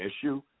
issue